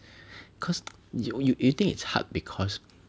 cause you you you think it's hard because